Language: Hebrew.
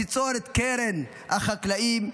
ניצור את קרן החקלאים,